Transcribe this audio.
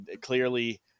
clearly –